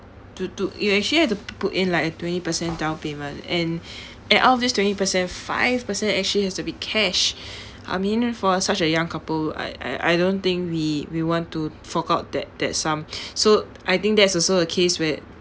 to to you actually have to p~ put in like a twenty percent down payment and and out of this twenty percent five percent actually has to be cash I mean for such a young couple I I I don't think we we want to fork out that that sum so I think that is also a case where